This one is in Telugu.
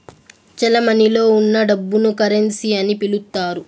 చెలమణిలో ఉన్న డబ్బును కరెన్సీ అని పిలుత్తారు